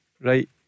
right